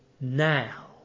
now